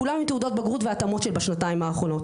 כולם עם תעודות בגרות וההתאמות שבשנתיים האחרונות,